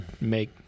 make